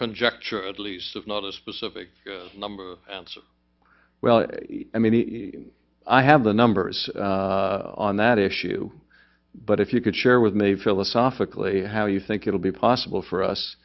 conjecture at least of not a specific number well i mean i have the numbers on that issue but if you could share with me philosophically how you think it will be possible for